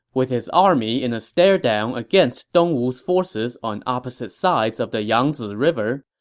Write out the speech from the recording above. with his army in a staredown against dong wu's forces on opposite sides of the yangzi river,